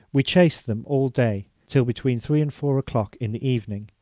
we chased them all day till between three and four o'clock in the evening,